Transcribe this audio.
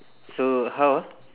so how ah